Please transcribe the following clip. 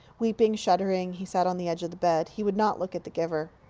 weeping, shuddering, he sat on the edge of the bed. he would not look at the giver.